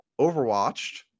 overwatched